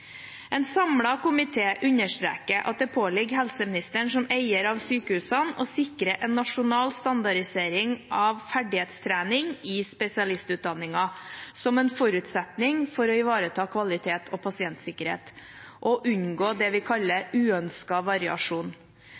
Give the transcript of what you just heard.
En samlet komité understreker at det påligger helseministeren som eier av sykehusene å sikre en nasjonal standardisering av ferdighetstreningen i spesialistutdanningen, som en forutsetning for å ivareta kvalitet og pasientsikkerhet og unngå det vi kaller uønsket variasjon.